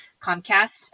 Comcast